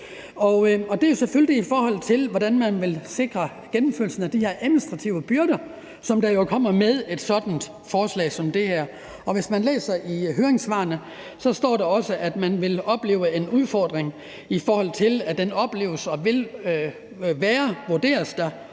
Det er selvfølgelig, i forhold til hvordan man vil sikre gennemførelsen af de her administrative byrder, som der jo kommer med et sådant forslag som det her. Hvis man læser høringssvarene, står der også, at man vil opleve en udfordring, i forhold til at det opleves og vil være, vurderes det,